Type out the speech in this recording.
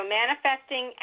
manifesting